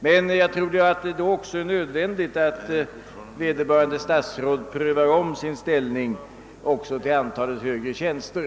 Men jag tror att det då är nödvändigt att vederbörande statsråd också omprövar sin inställning till antalet högre tjänster.